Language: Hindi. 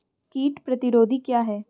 कीट प्रतिरोधी क्या है?